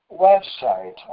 website